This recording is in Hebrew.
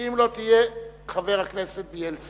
ואם היא לא תהיה, חבר הכנסת בילסקי.